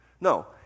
No